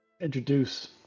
introduce